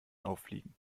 auffliegen